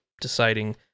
deciding